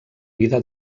vida